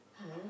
!huh!